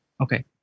Okay